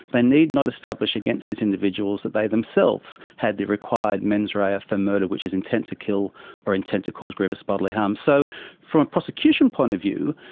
they need not establish against those individuals that they themselves had the required mens rea for murder, which is intent to kill or intent to cause grievous bodily harm. so from a prosecution point of view,